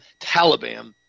Taliban